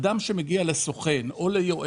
אדם שמגיע לסוכן, או ליועץ,